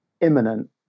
imminent